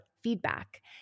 feedback